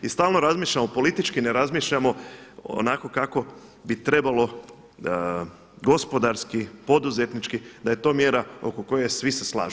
I stalno razmišljamo, politički ne razmišljamo onako kako bi trebalo gospodarski, poduzetnički, da je to mjera oko koje svi se slažu.